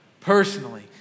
personally